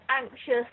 anxious